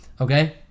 Okay